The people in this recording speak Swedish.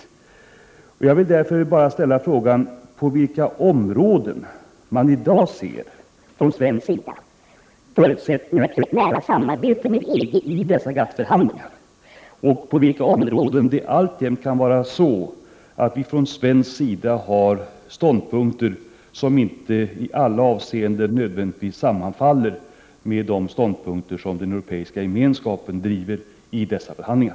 Jag vill fråga: På vilka områden ser man i dag från svensk sida förutsättningar för ett nära samarbete med EG i dessa GATT-förhandlingar? På vilka områden kan det alltjämt vara så, att vi från svensk sida har ståndpunkter som inte i alla avseenden sammanfaller med de ståndpunkter som den Europeiska gemenskapen driver i dessa förhandlingar?